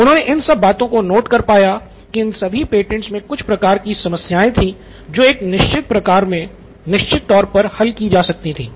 उन्होंने इन सब बातों को नोट कर पाया कि इन सभी पटेंट्स मे कुछ प्रकार की समस्याएं थीं जो एक निश्चित प्रकार में निश्चित तौर पर हल की जा सकती थीं